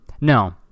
No